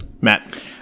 Matt